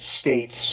states